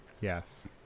Yes